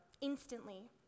Instantly